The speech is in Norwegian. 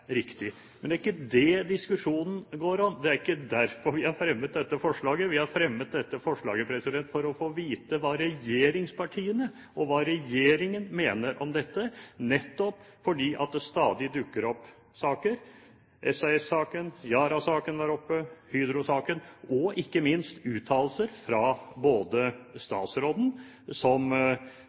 riktig. Men det er ikke det diskusjonen går om, det er ikke derfor vi har fremmet dette forslaget. Vi har fremmet dette forslaget for å få vite hva regjeringspartiene og regjeringen mener om dette, nettopp fordi det stadig dukker opp slike saker – SAS-saken, Yara-saken var oppe, Hydro-saken. Statsråden har gjennom uttalelser vist en veldig åpen holdning til eierskap, og